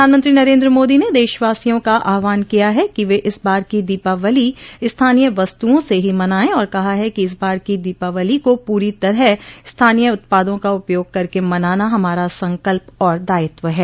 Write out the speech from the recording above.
प्रधानमंत्री नरेंद्र मोदी ने देशवासियों का आह्वान किया है कि वे इस बार की दीपावली स्थानीय वस्तुओं से ही मनाएं और कहा है कि इस बार की दीपावली को पूरी तरह स्थानीय उत्पादों का उपयोग करके मनाना हमारा संकल्प और दायित्व है